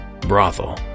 brothel